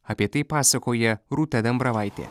apie tai pasakoja rūta dambravaitė